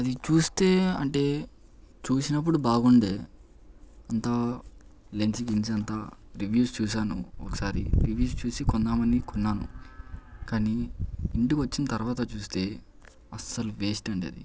అది చూస్తే అంటే చూసినప్పుడు బాగుంది అంత లెన్స్ గిన్స్ అంతా రివ్యూస్ చూసాను ఒకసారి రివ్యూస్ చూసి కొందామని కొన్నాను కానీ ఇంటి కొచ్చిన తర్వాత చూస్తే అసలు వేస్ట్ అండి అది